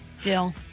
Dill